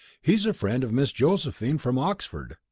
he's a friend of miss josephine, from oxford.